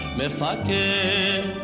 mefake